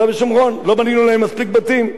לא בנינו להם מספיק בתים.